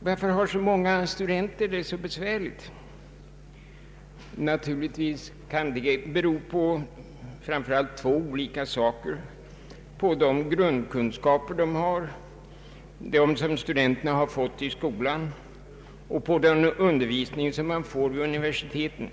Varför har så många studenter det så besvärligt? Det kan bero på framför allt två saker: på de grundkunskaper de fått i skolan och på den undervisning de får vid universiteten.